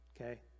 Okay